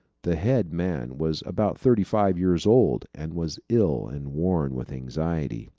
the head man was about thirty-five years old, and was ill and worn with anxiety.